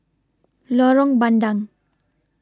Lorong Bandang